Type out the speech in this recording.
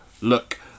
look